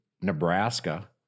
Nebraska